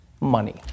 money